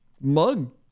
mug